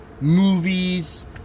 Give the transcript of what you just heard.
movies